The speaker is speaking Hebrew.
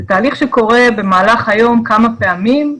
זה תהליך שקורה במהלך היום כמה פעמים,